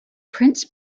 prince